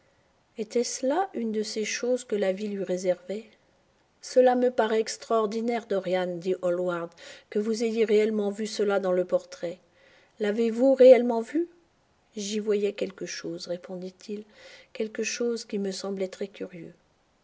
etait-ce là une de ces choses que la vie lui réservait cela me paraît extraordinaire dorian dit hall ward que vous ayez réellement vu cela dans le portrait l avez-vous réellement vu j'y voyais quelque chose répondit-il quelque chose qui me semblait très curieux